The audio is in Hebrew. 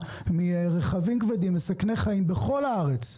מרכבים כבדים מסכני חיים בכל הארץ,